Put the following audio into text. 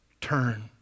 turn